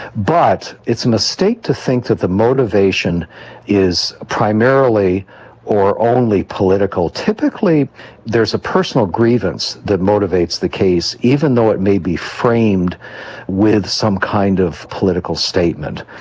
but it's a mistake to think that the motivation is primarily or only political. typically there is a personal grievance that motivates the case, even though it may be framed with some kind of political statement.